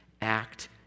act